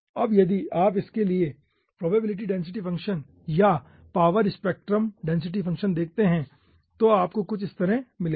अब यदि आप इसके लिए प्रोबेबिलिटी डेंसिटी फंक्शन या पावर स्पेक्ट्रम डेंसिटी फ़ंक्शन देखते हैं तो आपको कुछ इस तरह से मिलेगा